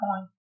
point